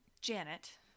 janet